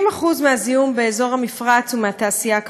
70% מהזיהום באזור המפרץ הוא מהתעשייה הכבדה.